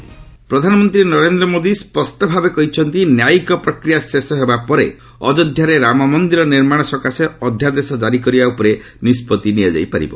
PM interview ପ୍ରଧାନମନ୍ତ୍ରୀ ନରେନ୍ଦ୍ର ମୋଦି ସ୍ୱଷ୍ଟ ଭାବେ କହିଛନ୍ତି ନ୍ୟାୟିକ ପ୍ରକ୍ରିୟା ଶେଷ ହେବା ପରେ ଅଯୋଧ୍ୟାରେ ରାମମନ୍ଦିର ନିର୍ମାଣ ସକାଶେ ଅଧ୍ୟାଦେଶ ଜାରି କରିବା ଉପରେ ନିଷ୍ପତ୍ତି ନିଆଯିବ